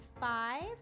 five